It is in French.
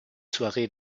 soirée